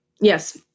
Yes